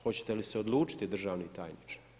Hoćete li se odlučiti državni tajniče?